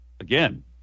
Again